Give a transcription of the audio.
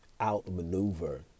outmaneuver